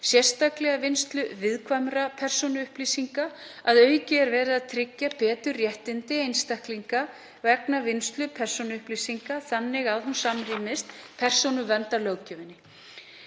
sérstaklega vinnslu viðkvæmra persónuupplýsinga. Auk þess er verið að tryggja betur réttindi einstaklinga vegna vinnslu persónuupplýsinga þannig að hún samrýmist persónuverndarlöggjöfinni.